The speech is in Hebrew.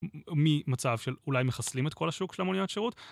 ממצב של אולי מחסלים את כל השוק של המוליאת שירות